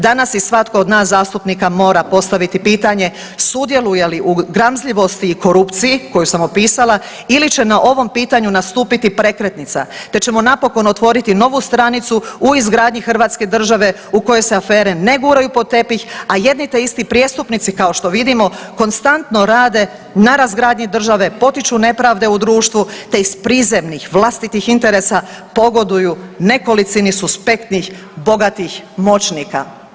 Danas i svatko od nas zastupnika mora postaviti pitanje sudjeluje li u gramzljivosti i korupciji koju sam opisala ili će na ovom pitanju nastupiti prekretnica te ćemo napokon otvoriti novu stranicu u izgradnji Hrvatske države u kojoj se afere ne guraju pod tepih, a jedni te isti prijestupnici kao što vidimo konstantno rade na razgradnji države, potiču nepravde u društvu te iz prizemnih vlastitih interesa pogoduju nekolicini suspektnih, bogatih moćnika.